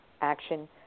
action